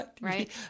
right